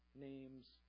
name's